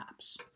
apps